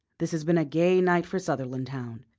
this has been a gay night for sutherlandtown.